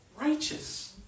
Righteous